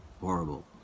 horrible